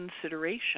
consideration